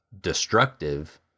destructive